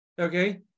Okay